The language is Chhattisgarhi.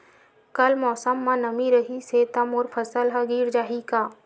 कल मौसम म नमी रहिस हे त मोर फसल ह गिर जाही का?